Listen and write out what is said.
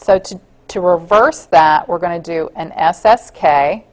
so to to reverse that we're going to do an s s k